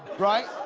right,